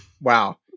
Wow